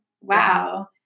wow